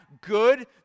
good